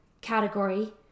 category